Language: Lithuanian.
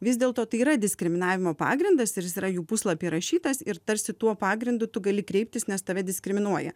vis dėlto tai yra diskriminavimo pagrindas ir jis yra jų puslapy įrašytas ir tarsi tuo pagrindu tu gali kreiptis nes tave diskriminuoja